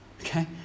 Okay